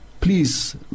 please